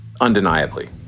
Undeniably